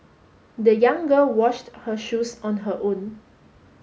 the young girl washed her shoes on her own